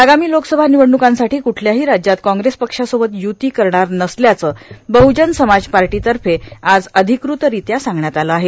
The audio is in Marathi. आगामी लोकसभा निवडणुकांसाठी कुठल्याही राज्यात काँग्रेस पक्षासोबत युती करणार नसल्याचं बह्नजन समाज पार्टीतर्फे आज अधिकृतरित्या सांगण्यात आलं आहे